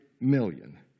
million